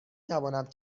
توانم